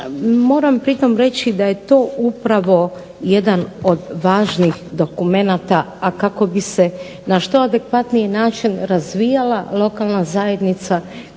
Moram pritom reći da je to upravo jedan od važnih dokumenata, a kako bi se na što adekvatniji način razvijala lokalna zajednica